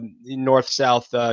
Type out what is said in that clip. North-South